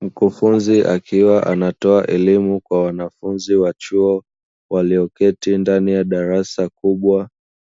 Mkufunzi akiwa anatoa elimu kwa wanafunzi wa chuo walioketi ndani ya darasa kubwa